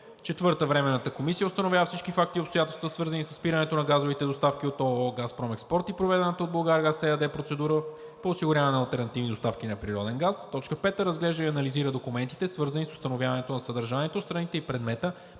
… 4. Временната комисия установява всички факти и обстоятелства, свързани със спирането на газовите доставки от ООО „Газпром Експорт“ и проведената процедура от „Булгаргаз“ ЕАД по осигуряване на алтернативни доставки на природен газ. 5. Разглежда и анализира документите, свързани с установяването на съдържанието, страните и предмета